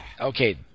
Okay